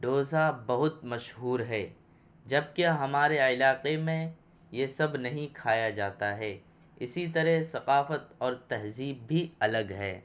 ڈوسا بہت مشہور ہے جبکہ ہمارے علاقہ میں یہ سب نہیں کھایا جاتا ہے اسی طرح ثقافت اور تہذیب بھی الگ ہے